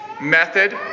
method